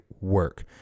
work